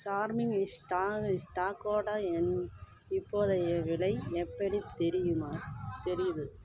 charming stock ஸ்டாக்கோடய என் இப்போதைய விலை எப்படி தெரியுமா தெரியுது